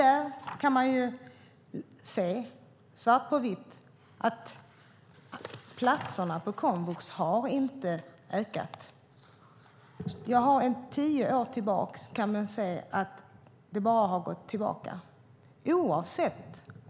Där kan man se svart på vitt att platserna på komvux inte har ökat. Under de senaste tio åren har det bara gått tillbaka.